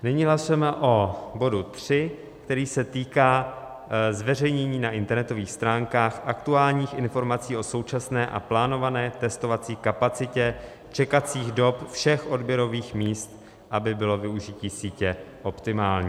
Nyní hlasujeme o bodu 3, který se týká zveřejnění na internetových stránkách aktuálních informací o současné a plánované testovací kapacitě čekacích dob všech odběrových míst, aby bylo využití sítě optimální.